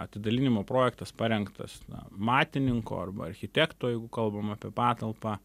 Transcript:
atidalinimo projektas parengtas na matininko arba architekto jeigu kalbam apie patalpą